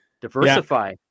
Diversify